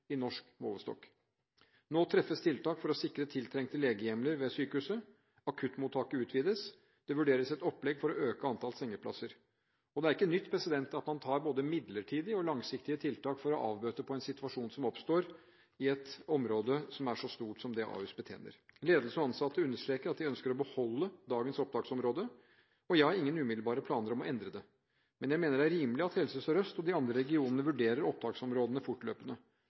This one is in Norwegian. i norsk målestokk. Nå treffes tiltak for å sikre tiltrengte legehjemler ved sykehuset, akuttmottaket utvides, og det vurderes et opplegg for å øke antallet sengeplasser. Det er ikke nytt at man tar i bruk både midlertidige og langsiktige tiltak for å avbøte en situasjon som oppstår i et område som er så stort som det Ahus betjener. Ledelsen og de ansatte understreker at de ønsker å beholde dagens opptaksområde, og jeg har ingen umiddelbare planer om å endre det. Men jeg mener det er rimelig at Helse Sør-Øst og de andre regionene vurderer opptaksområdene fortløpende